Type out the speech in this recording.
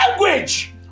language